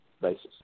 basis